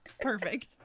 Perfect